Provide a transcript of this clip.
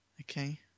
Okay